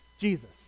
Jesus